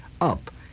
up